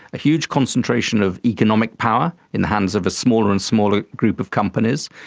a huge concentration of economic power in the hands of a smaller and smaller group of companies,